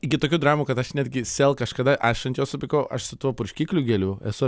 iki tokių dramų kad aš netgi sel kažkada aš ant jos supykau aš su tuo purškikliu gėlių esu